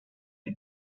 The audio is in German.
die